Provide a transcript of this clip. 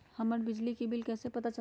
हमर बिजली के बिल कैसे पता चलतै?